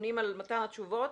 שאמונים על מתן התשובות